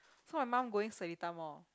so my mum going seletar-Mall